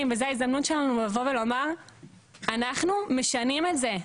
וזו ההזדמנות שלנו לומר שאנחנו משנים את זה.